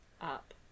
up